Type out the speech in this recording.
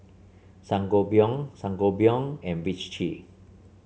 Sangobion Sangobion and Vichy